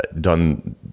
done